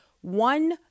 one